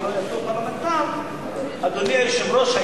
אמר על אותו פרלמנטר: אדוני היושב-ראש,